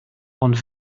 ond